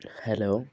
hello